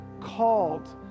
called